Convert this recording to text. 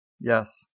Yes